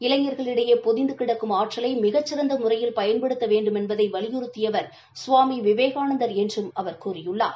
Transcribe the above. இளைஞா்களிடையே பொதிந்து கிடக்கும் ஆற்றலை மிகச் சிறந்த முறையில் பயன்படுத்த வேண்டுமென்பதை வலியுறுத்தியவர் சுவாமி விவேகானந்தர் என்றும் அவர் கூறியுள்ளார்